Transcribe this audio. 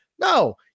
No